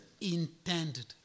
intended